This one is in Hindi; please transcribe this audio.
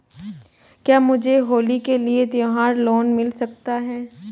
क्या मुझे होली के लिए त्यौहार लोंन मिल सकता है?